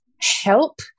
help